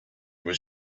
was